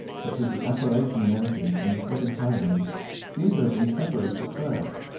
such as the appellation mountains and the scottish highlands seem to have been separated at birth.